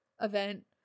event